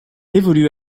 évolue